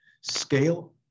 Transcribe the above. Scale